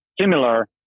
similar